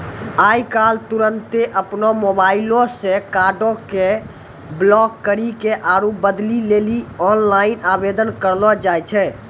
आइ काल्हि तुरन्ते अपनो मोबाइलो से कार्डो के ब्लाक करि के आरु बदलै लेली आनलाइन आवेदन करलो जाय छै